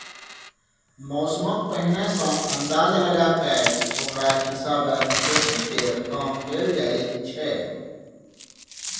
मौसमक पहिने सँ अंदाज लगा कय ओकरा हिसाबे खेती केर काम कएल जाइ छै